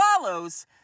follows